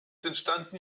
entstanden